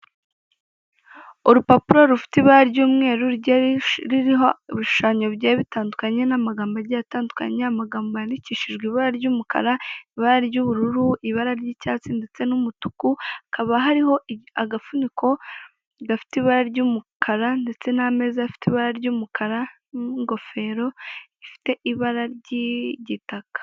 Urupapuro rufite ibara ry' umweru rigiye ruriho ibishushanyo bigiye bitandukanye n' amagambo agiye atandukanye, amagambo yandikishijwe ibara ry' umukara, ibara ry' ubururu, ibara ry' icyatsi, ndetse n' umutuku hakaba hariho agafuniko gafite ibara ry' umukara ndetse n' ameza afite ibara ry' umukara n' ingofero ifite ibara ry' igitaka.